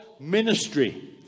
ministry